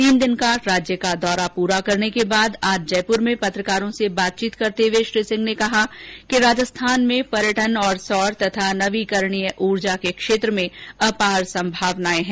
तीन दिन का राज्य का दौरा पूरा करने के बाद आज जयपूर में पत्रकारों से बातचीत करते हुए श्री सिंह ने कहा कि राजस्थान में पर्यटन और सौर तथा नवीकरणीय ऊर्जा के क्षेत्र में अपार संभावनाए हैं